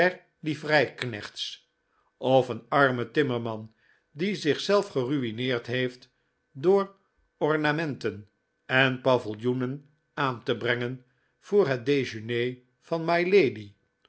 der livreiknechts of een armen timmcrman die zichzelf gerui'neerd heeft door ornamenten en paviljoenen aan te brengen voor het dejeune van mylady